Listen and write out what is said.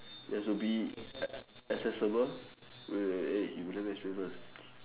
it has to be accessible wait wait wait you let me explain first